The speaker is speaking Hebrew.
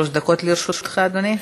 שלוש דקות לרשותך, אדוני.